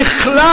בכלל,